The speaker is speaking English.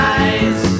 eyes